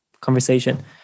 conversation